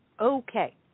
Okay